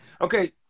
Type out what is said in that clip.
Okay